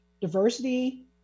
diversity